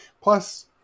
Plus